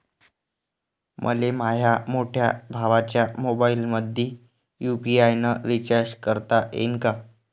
मले माह्या मोठ्या भावाच्या मोबाईलमंदी यू.पी.आय न रिचार्ज करता येईन का?